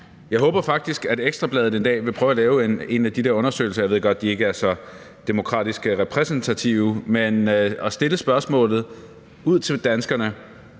Jeg håber faktisk, at Ekstra Bladet en dag vil prøve at lave en af de der undersøgelser – jeg ved godt, de ikke er så demokratisk repræsentative – og stille spørgsmålet ud til danskerne: